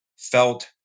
felt